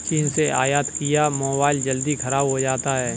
चीन से आयत किया मोबाइल जल्दी खराब हो जाता है